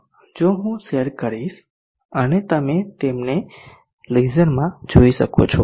પણ જે હું શેર કરીશ અને તમે તેમને લેઝરમાં જોઈ શકો છો